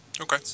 Okay